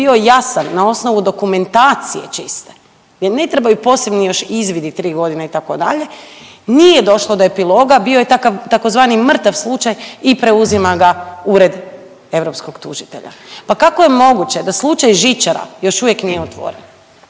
bio jasan na osnovu dokumentacije čiste, gdje ne trebaju posebni još izvidi 3 godine, itd., nije došlo do epiloga, bio je takav, tzv. mrtav slučaj i preuzima ga Ured europskog tužitelja. Pa kako je moguće da slučaj Žičara još uvijek nije otvoren?